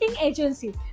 Agency